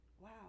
wow